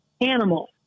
animal